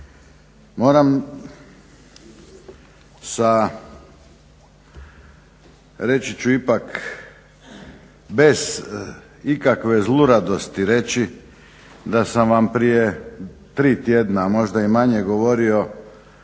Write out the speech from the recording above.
Moram sa, reći ću ipak bez ikakve zluradosti reći da sam vam prije tri tjedna, a možda i manje, govorio